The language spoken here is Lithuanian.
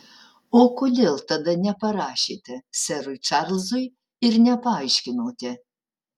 o kodėl tada neparašėte serui čarlzui ir nepaaiškinote